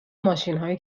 ماشینهای